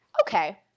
okay